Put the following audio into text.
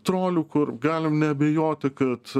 trolių kur galim neabejoti kad